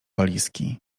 walizki